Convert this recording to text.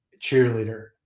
cheerleader